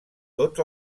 tots